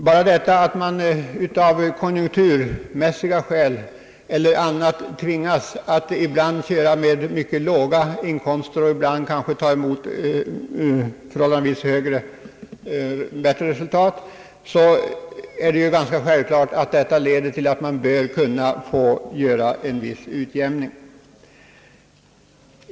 Bara det faktum att en företagare av konjunkturmässiga eller andra skäl vissa år kan ha mycket låga inkomster och andra år tack vare bättre resultat får högre inkomster, gör det självklart att en viss utjämning i skattehänseende bör tillåtas.